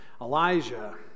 Elijah